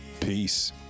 peace